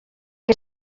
que